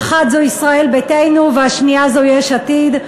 האחת זו ישראל ביתנו והשנייה זו יש עתיד,